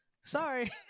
Sorry